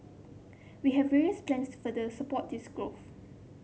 we have various plans further support this growth